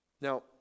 Now